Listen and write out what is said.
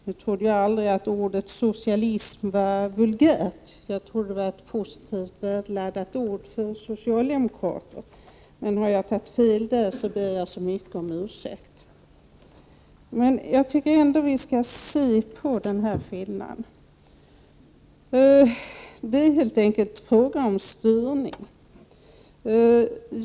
Jag trodde aldrig att ordet socialism var vulgärt. Jag trodde att det var ett positivt laddat ord för socialdemokrater. Men har jag tagit fel, ber jag så mycket om ursäkt. Jag tycker ändå att vi skall se på den här skillnaden. Det är helt enkelt fråga om styrning.